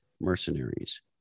mercenaries